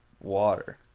water